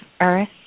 Earth